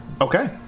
Okay